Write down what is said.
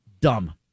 Dumb